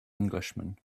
englishman